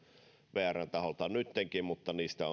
vrn taholla nyttenkin mutta niistä